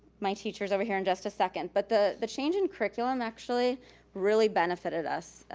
my teachers over here in just a second, but the the change in curriculum actually really benefited us.